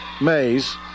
Mays